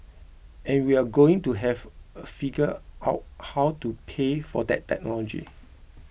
and we're going to have a figure out how to pay for that technology